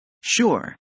Sure